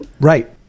Right